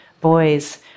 Boys